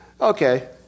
okay